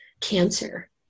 cancer